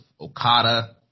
Okada